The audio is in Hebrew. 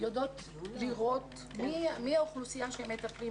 יודעות לראות מי האוכלוסייה בה הם מטפלות